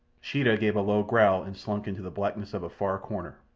sheeta gave a low growl and slunk into the blackness of a far corner.